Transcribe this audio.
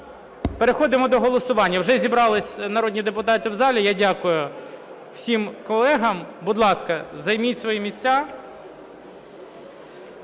переходимо до голосування. Вже зібрались народні депутати в залі. Я дякую всім колегам. Будь ласка, займіть свої місця.